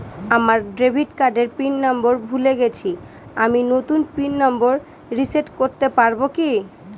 আমার ডেবিট কার্ডের pin number ভুলে গেছি আমি নূতন পিন নম্বর রিসেট করতে পারবো কি?